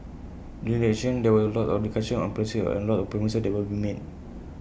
during elections there will lots of discussion on policies and lots of promises that will be made